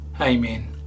Amen